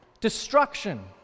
Destruction